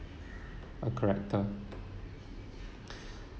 a character